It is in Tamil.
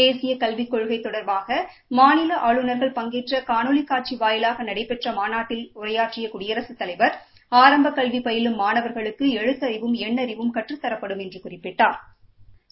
தேசிய கல்விக் கொள்கை தொடர்பாக மாநில ஆளுநர்கள் பங்கேற்ற காணொலி காட்சி வாயிலாக நடைபெற்ற மாநாட்டில் உரையாற்றிய குடியரசுத் தலைவர் ஆரம்ப கல்வி பயிலும் மாணவர்களுக்கு எழுத்தறியும் எண்ணறிவும் கற்றுத்தரப்படும் என்று குறிப்பிட்டாள்